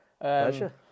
pleasure